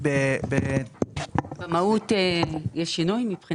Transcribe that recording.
במהות יש שינוי?